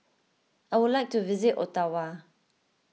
I would like to visit Ottawa